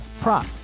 prop